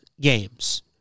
games